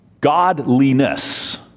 Godliness